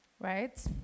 right